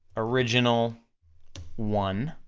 original one,